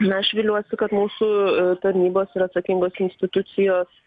na aš viliuosi kad mūsų tarnybos ir atsakingos institucijos